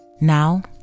Now